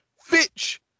Fitch